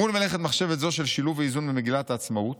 "מול מלאכת מחשבת זו של שילוב ואיזון במגילת העצמאות